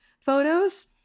photos